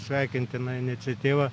sveikintina iniciatyva